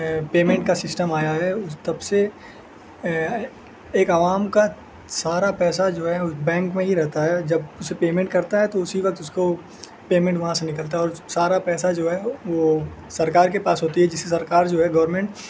payment کا system آیا ہے اس تب سے ایک عوام کا سارا پیسہ جو ہے اس بینک میں ہی رہتا ہے جب اس پیمنٹ کرتا ہے تو اسی وقت اس کو پیمنٹ وہاں سے نکلتا ہے اور سارا پیسہ جو ہے وہ سرکار کے پاس ہوتی ہے جس سے سرکار جو ہے گورنمنٹ